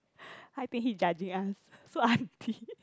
I think he judging us so auntie